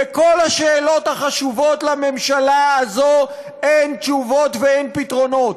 בכל השאלות החשובות לממשלה הזאת אין תשובות ואין פתרונות,